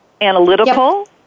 analytical